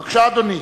בבקשה, אדוני.